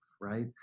right